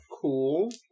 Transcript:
Cool